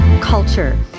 culture